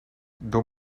door